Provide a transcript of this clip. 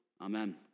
Amen